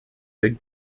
big